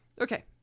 Okay